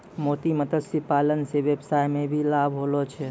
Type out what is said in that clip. मोती मत्स्य पालन से वेवसाय मे भी लाभ होलो छै